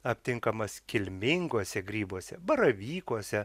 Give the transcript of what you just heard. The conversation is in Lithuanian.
aptinkamas kilminguose grybuose baravykuose